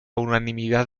unanimidad